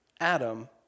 Adam